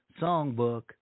songbook